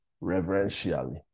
reverentially